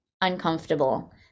uncomfortable